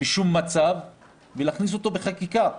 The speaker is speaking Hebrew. בשום מצב ולהכניס אותו בחקיקה.